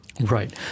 Right